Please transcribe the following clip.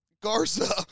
Garza